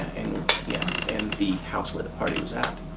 and yeah and the house where the party was at.